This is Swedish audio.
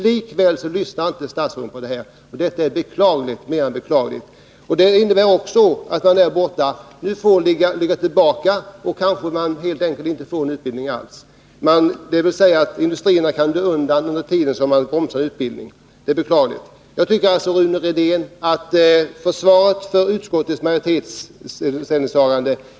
Likväl lyssnar inte statsrådet — det är mer än beklagligt. Det innebär att denna utbildning i Borås får stå tillbaka; den kanske inte alls kommer till stånd. Under tiden kan industrierna dö ut och försvinna. Det år beklagligt. Jag tycker alltså, Rune Rydén, att försvaret för utskottsmajoritetens ställningstagande är svagt.